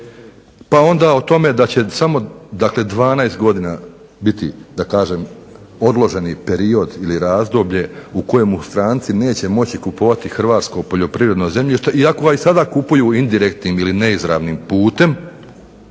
Pa onda o tome da će samo dakle 12 godina biti, da kažem, odloženi period ili razdoblje u kojemu stranci neće moći kupovati hrvatsko poljoprivredno zemljište iako ga i sada kupuju indirektnim ili neizravnim putem